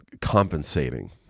compensating